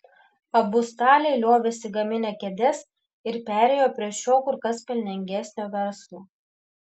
abu staliai liovėsi gaminę kėdes ir perėjo prie šio kur kas pelningesnio verslo